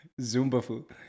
Zumbafu